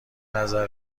نظر